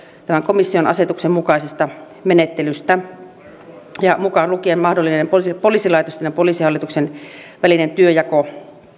tämän komission asetuksen mukaisista menettelyistä mukaan lukien mahdollinen poliisilaitosten ja poliisihallituksen välinen työnjako